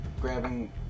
grabbing